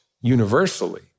universally